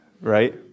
Right